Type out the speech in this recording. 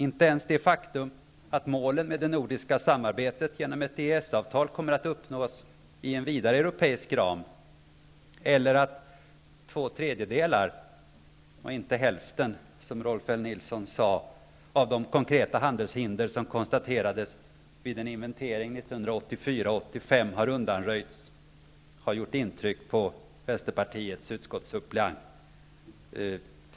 Inte ens det faktum att målen för det nordiska samarbetet genom ett EES-avtal kommer att uppnås i en vidare europeisk ram, eller att två tredjedelar -- inte hälften, som Rolf L Nilson sade -- av de konkreta handelshinder som konstaterades vid en inventering 1984 och 1985 har undanröjts har gjort intryck på Vänsterpartiets utskottssuppleant.